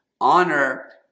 Honor